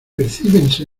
percíbense